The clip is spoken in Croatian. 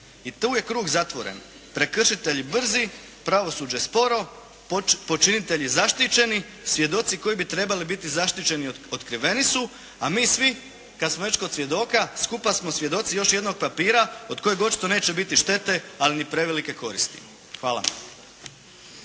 i tu je krug zatvoren. Prekršitelj brzi, pravosuđe sporo, počinitelji zaštićeni, svjedoci koji bi trebali biti zaštićeni otkriveni su, a mi svi kada smo već kod svjedoka skupa smo svjedoci još jednog papira od kojeg očito neće biti štete, ali ni prevelike koristi. Hvala.